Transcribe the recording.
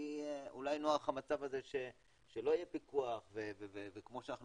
כי אולי נוח המצב הזה שלא יהיה פיקוח וכמו שאנחנו